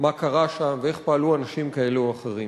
מה קרה שם ואיך פעלו אנשים כאלה או אחרים.